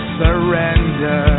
surrender